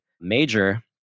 major